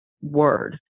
word